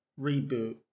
reboot